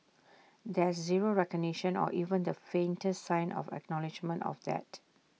there's zero recognition or even the faintest sign of acknowledgement of that